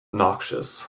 noxious